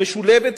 משולבת,